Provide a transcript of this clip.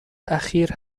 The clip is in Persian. اخیر